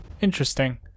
Interesting